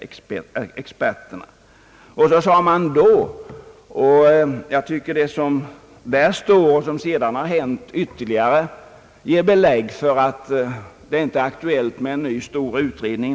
Det sade statsutskottet då. Vad som sedan har hänt ger enligt min mening ytterligare belägg för att det inte är aktuellt med en ny stor utredning.